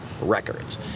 records